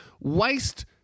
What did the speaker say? waste